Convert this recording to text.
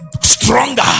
stronger